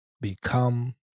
become